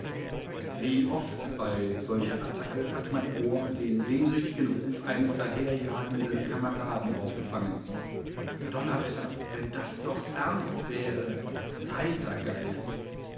wie oft bei solcher attacke hat mein ohr den sehnsüchtigen ruf eines daherjagenden kameraden aufgefangen donnerwetter wenn das doch ernst wäre